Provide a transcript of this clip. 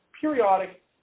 periodic